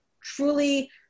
truly